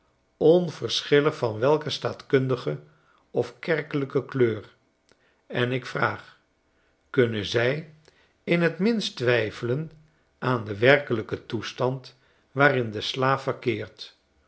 onverschillig van welke staatkundige of kerkelijke kleur en ik vraag kunnen zij in t minst twijfelen aan den werkelijken toestand waarin de slaaf verkeert